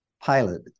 pilot